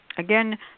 Again